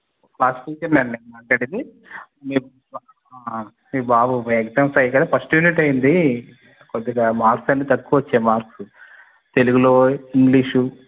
class టీచర్ని అండి నేను మాట్లాడేది మీ బాబు ఎగ్జామ్స్ అయ్యాయి కదా ఫస్ట్ యూనిట్ అయ్యింది కొద్దిగా మార్క్స్ అన్నీ తక్కువగా వచ్చాయి మార్క్స్ తెలుగులో ఇంగ్లీషు